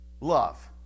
love